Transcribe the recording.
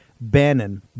Bannon